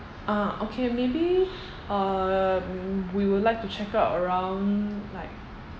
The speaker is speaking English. ah okay maybe um we would like to checkout around like